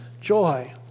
joy